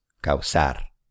causar